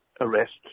arrests